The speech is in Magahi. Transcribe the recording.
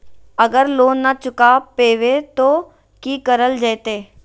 अगर लोन न चुका पैबे तो की करल जयते?